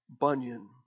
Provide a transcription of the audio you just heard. Bunyan